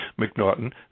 McNaughton